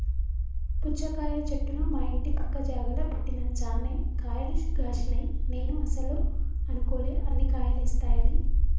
పుచ్చకాయ చెట్టును మా ఇంటి పక్క జాగల పెట్టిన చాన్నే కాయలు గాశినై నేను అస్సలు అనుకోలే అన్ని కాయలేస్తాయని